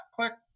Click